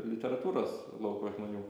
literatūros lauko žmonių